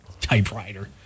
typewriter